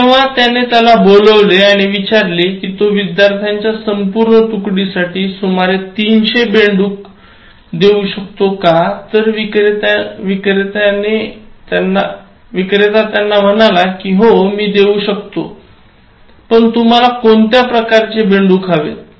तर जेव्हा त्याने त्याला बोलावले आणि विचारले की तो विद्यार्थ्यंच्या संपूर्ण तुकडीसाठी सुमारे 300 बेडूक देऊ शकतो का तर विक्रेत्याने म्हणाला कि हो मी देऊ शकतो पण तुम्हाला कोणत्या प्रकारचे बेडूक हवेत